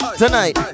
tonight